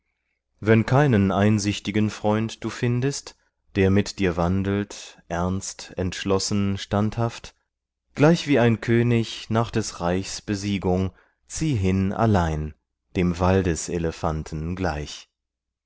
wenn keinen einsichtigen freund du findest der mit dir wandelt ernst entschlossen standhaft gleichwie ein könig nach des reichs besiegung zieh hin allein dem waldeselefanten gleich